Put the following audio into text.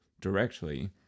directly